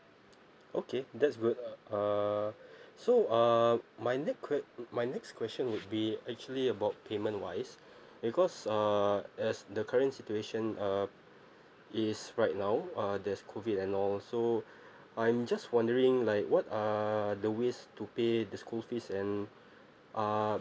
okay that's good uh so uh my ne~ que~ my next question would be actually about payment wise because uh as the current situation uh is right now uh their school fees and all so I'm just wondering like what are the ways to pay the school fees and um